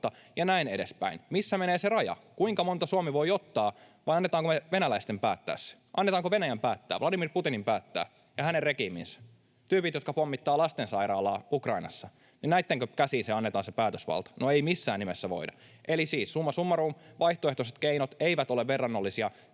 ja näin edespäin. Missä menee se raja, kuinka monta Suomi voi ottaa, vai annetaanko me venäläisten päättää se? Annetaanko Venäjän päättää, Vladimir Putinin päättää ja hänen regiiminsä? Tyypit, jotka pommittavat lastensairaalaa Ukrainassa — näittenkö käsiin se annetaan se päätösvalta? No, ei missään nimessä voida. Eli siis summa summarum, vaihtoehtoiset keinot eivät ole verrannollisia